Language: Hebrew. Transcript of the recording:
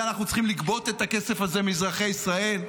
אנחנו צריכים לגבות את הכסף הזה מאזרחי ישראל?